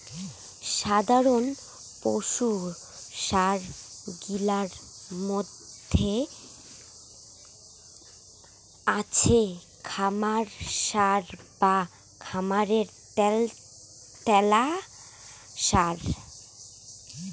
সাধারণ পশুর সার গিলার মইধ্যে আছে খামার সার বা খামারের ত্যালত্যালা সার